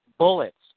bullets